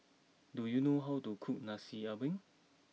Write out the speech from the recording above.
do you know how to cook Nasi Ambeng